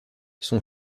son